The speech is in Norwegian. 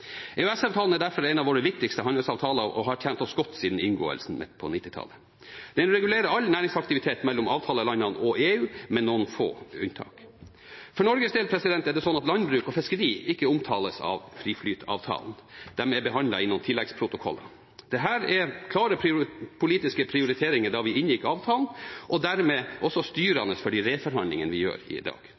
er derfor en av våre viktigste handelsavtaler og har tjent oss godt siden inngåelsen midt på 1990-tallet. Den regulerer all næringsaktivitet mellom avtalelandene og EU, med noen få unntak. For Norges del er det slik at landbruk og fiskeri ikke omfattes av fri flyt-avtalen – det er behandlet i noen tilleggsprotokoller. Dette var klare politiske prioriteringer da vi inngikk avtalen, og dermed også styrende for de reforhandlingene vi har i dag.